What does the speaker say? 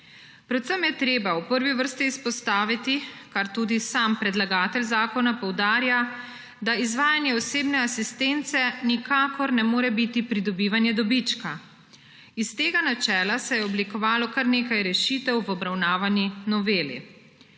Predvsem je treba v prvi vrsti izpostaviti, kar tudi sam predlagatelj zakona poudarja, da izvajanje osebne asistence nikakor ne more biti pridobivanje dobička. Iz tega načela se je oblikovalo kar nekaj rešitev v obravnavani noveli.